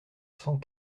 cent